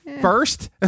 first